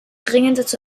dringend